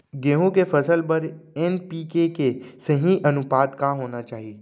गेहूँ के फसल बर एन.पी.के के सही अनुपात का होना चाही?